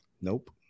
Nope